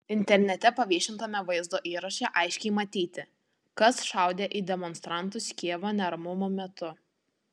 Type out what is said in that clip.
internete paviešintame vaizdo įraše aiškiai matyti kas šaudė į demonstrantus kijevo neramumų metu